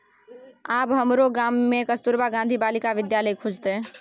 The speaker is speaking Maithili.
आब हमरो गाम मे कस्तूरबा गांधी बालिका विद्यालय खुजतै